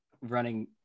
running